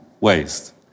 waste